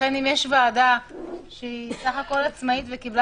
לכן אם יש ועדה שהיא בסך הכול עצמאית וקיבלה